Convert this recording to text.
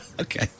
Okay